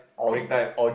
break time